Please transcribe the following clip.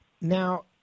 Now